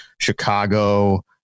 Chicago